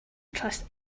trust